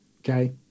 Okay